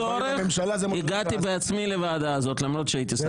וכשהיה צורך הגעתי בעצמי לוועדה הזאת למרות שהייתי שר מקשר.